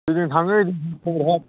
जेदिन थाङो ओयदिन खबर हर